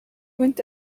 went